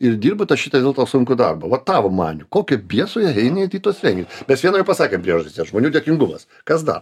ir dirba tą šitą vis dėlto sunkų darbą vat tavo manymu kokio bieso jie eina vat į tuos renginius mes vieną jau pasakėm priežastį žmonių dėkingumas kas dar